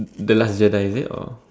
the last Jedi is it or